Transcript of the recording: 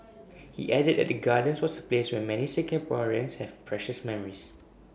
he added that the gardens was A place where many Singaporeans have precious memories